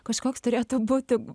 kažkoks turėtų būti